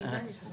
עולה לו כסף.